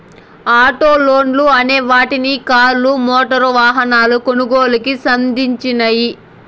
auto లోన్లు అనే వాటిని కార్లు, మోటారు వాహనాల కొనుగోలుకి సంధించినియ్యి